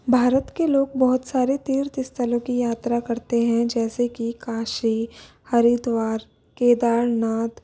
भारत के लोग बहुत सारे तीर्थ स्थलों की यात्रा करते हैं जैसे कि काशी हरिद्वार केदारनाथ